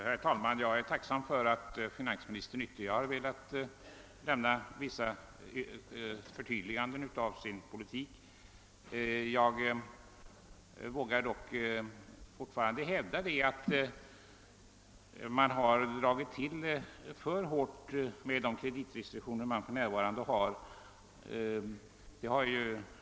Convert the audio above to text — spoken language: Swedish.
Herr talman! Jag är tacksam för att finansministern velat lämna ytterligare vissa förtydliganden av sin politik. Fortfarande vågar jag dock hävda att de nuvarande kreditrestriktionerna är för hårda.